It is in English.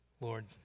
Lord